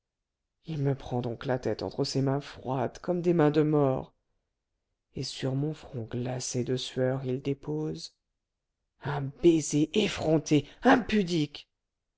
il me prend donc la tête entre ses mains froides comme des mains de mort et sur mon front glacé de sueur il dépose un baiser effronté impudique